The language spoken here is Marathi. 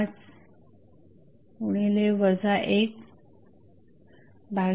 vtest 1